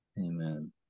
Amen